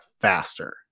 faster